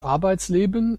arbeitsleben